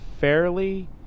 fairly